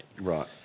Right